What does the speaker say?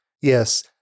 Yes